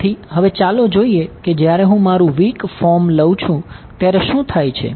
તેથી હવે ચાલો જોઈએ કે જ્યારે હું મારું વીક ફોર્મ લઉં છું ત્યારે શું થાય છે